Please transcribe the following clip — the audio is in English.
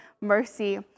mercy